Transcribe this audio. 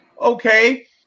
Okay